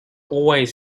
always